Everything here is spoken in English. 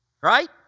Right